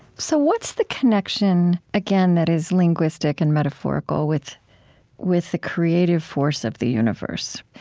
so, what's the connection again that is linguistic and metaphorical with with the creative force of the universe?